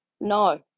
no